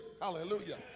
Hallelujah